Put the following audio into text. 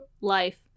life